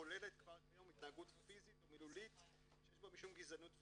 כוללת כבר כיום התנהגות פיזית או מילולית שיש בה משום גזענות ואפליה.